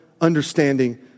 understanding